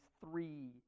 three